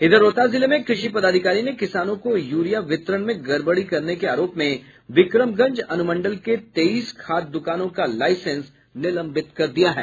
इधर रोहतास जिले में कृषि पदाधिकारी ने किसानों को यूरिया वितरण में गड़बड़ी करने के आरोप में बिक्रमगंज अनुमंडल के तेईस खाद दुकानों का लाईसेंस निलंबित कर दिया है